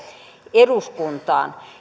eduskuntaan